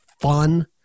fun